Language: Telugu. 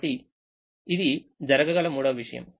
కాబట్టి ఇది జరగగల మూడవ విషయం